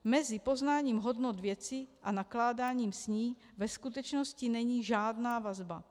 Mezi poznáním hodnot věci a nakládání s ní ve skutečnosti není žádná vazba.